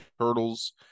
turtles